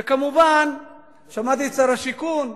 מובן ששמעתי את שר השיכון,